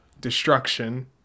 destruction